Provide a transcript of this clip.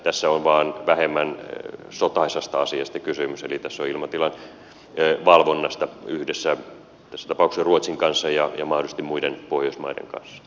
tässä on vain vähemmän sotaisasta asiassa kysymys eli ilmatilan valvonnasta tässä tapauksessa yhdessä ruotsin kanssa ja mahdollisesti muiden pohjoismaiden kanssa